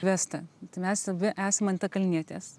vesta tai mes abi esam antakalnietės